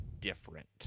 different